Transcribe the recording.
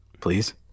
please